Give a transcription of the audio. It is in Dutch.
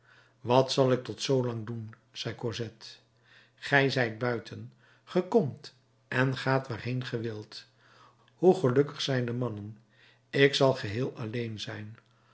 wat zal ik tot zoolang doen zei cosette gij zijt buiten ge komt en gaat waarheen ge wilt hoe gelukkig zijn de mannen ik zal geheel alleen zijn